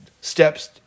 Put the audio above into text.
steps